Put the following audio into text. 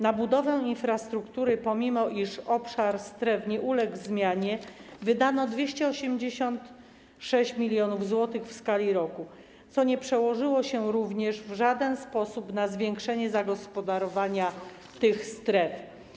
Na budowę infrastruktury, pomimo iż obszar stref nie uległ zmianie, wydano 286 mln zł w skali roku, co nie przełożyło się również w żaden sposób na zwiększenie zagospodarowania tych stref.